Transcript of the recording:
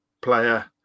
player